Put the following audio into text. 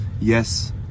Yes